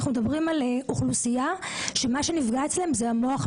אנחנו מדברים על אוכלוסייה שמה שנפגע אצלם זה המוח,